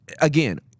again